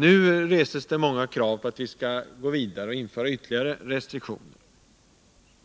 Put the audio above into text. Nu reses många krav på att vi skall gå vidare och införa ytterligare restriktioner